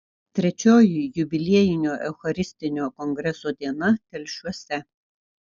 trečioji jubiliejinio eucharistinio kongreso diena telšiuose